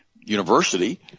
university